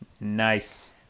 Nice